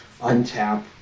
untap